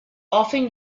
often